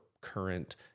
current